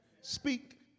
Speak